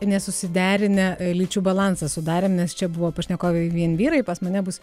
nesusiderinę lyčių balansas sudarėm nes čia buvo pašnekovai vien vyrai pas mane bus